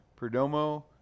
Perdomo